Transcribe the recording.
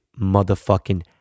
motherfucking